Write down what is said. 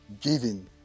giving